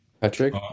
Patrick